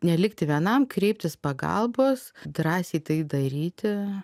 nelikti vienam kreiptis pagalbos drąsiai tai daryti